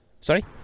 sorry